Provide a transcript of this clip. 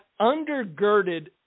undergirded